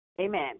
amen